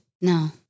No